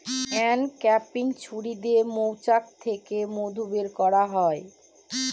uncapping ছুরি দিয়ে মৌচাক থেকে মধু বের করা হয়